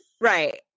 right